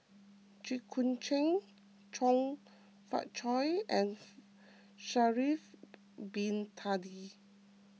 Jit Koon Ch'ng Chong Fah Cheong and Sha'ari Bin Tadin